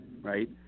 right